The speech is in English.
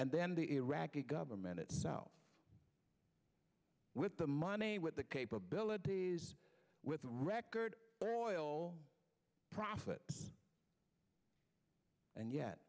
and then the iraqi government itself with the money with the capabilities with record oil profits and yet